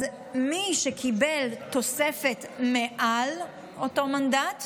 מי שקיבל מעל אותו מנדט את